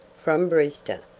from brewster.